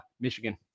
Michigan